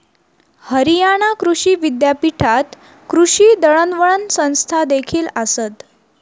हरियाणा कृषी विद्यापीठात कृषी दळणवळण संस्थादेखील आसत